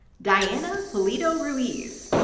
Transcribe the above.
diana pulido ruiz.